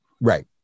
right